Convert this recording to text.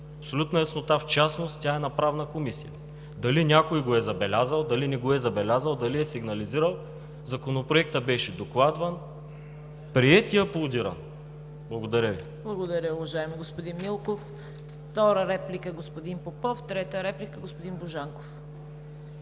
абсолютна яснота – в частност тя е на Правната комисия. Дали някой го е забелязал, дали не го е забелязал, дали е сигнализирал – Законопроектът беше докладван, приет и аплодиран. Благодаря Ви. ПРЕДСЕДАТЕЛ ЦВЕТА КАРАЯНЧЕВА: Благодаря Ви, уважаеми господин Милков. Втора реплика – господин Попов, трета реплика – господин Божанков.